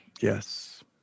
Yes